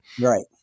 Right